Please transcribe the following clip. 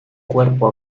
cuerpo